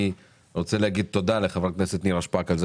אני רוצה להודות לחברת הכנסת נירה שפק על כך